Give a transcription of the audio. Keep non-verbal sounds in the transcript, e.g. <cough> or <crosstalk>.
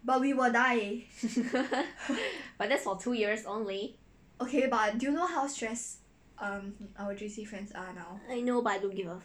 <laughs> but that's for two years only I know but I don't a fuck